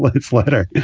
like it's letter?